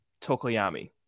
Tokoyami